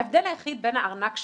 ההבדל היחיד בין הארנק שלי,